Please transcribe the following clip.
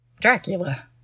Dracula